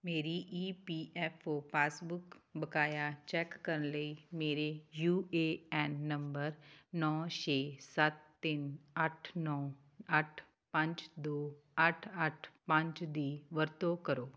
ਮੇਰੀ E P F O passbook ਬਕਾਇਆ check ਕਰਨ ਲਈ ਮੇਰੇ ਯੂ ਏ ਐਨ ਨੰਬਰ ਨੌਂ ਛੇ ਸੱਤ ਤਿੰਨ ਅੱਠ ਨੌਂ ਅੱਠ ਪੰਜ ਦੋ ਅੱਠ ਅੱਠ ਪੰਜ ਦੀ ਵਰਤੋਂ ਕਰੋ